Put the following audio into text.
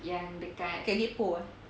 kat gek poh ah